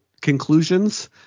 conclusions